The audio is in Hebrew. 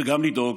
וגם לדאוג